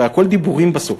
הרי הכול דיבורים בסוף.